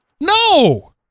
No